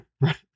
Right